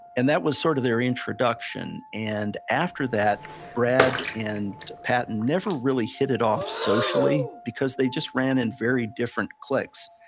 and that was sort of their introduction. and after that brad and patton never really hit it off socially. because they just ran in very different cliques.